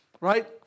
right